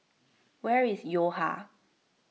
where is Yo Ha